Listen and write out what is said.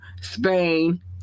Spain